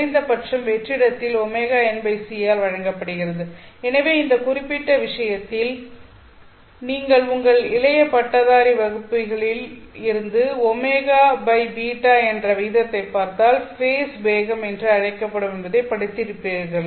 குறைந்த பட்சம் வெற்றிடத்தில் ωnc ஆல் வழங்கப்படுகிறது எனவே இந்த குறிப்பிட்ட விஷயத்தில் நீங்கள் உங்கள் இளைய பட்டதாரி வகுப்புகளிலிருந்து ωβ என்ற விகிதத்தைப் பார்த்தால் ஃபேஸ் வேகம் என்று அழைக்கப்படும் என்பதை படித்திருப்பீர்கள்